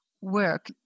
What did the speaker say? work